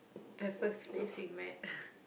the first place we met